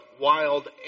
wild